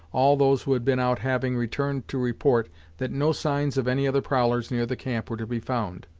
all those who had been out having returned to report that no signs of any other prowlers near the camp were to be found.